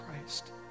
Christ